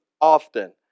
often